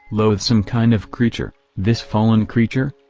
loathsome kind of creature, this fallen creature?